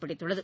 பிடித்துள்ளது